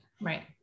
Right